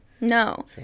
No